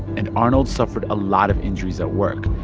and arnold suffered a lot of injuries at work,